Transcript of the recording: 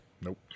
Nope